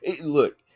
Look